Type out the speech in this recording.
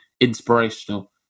inspirational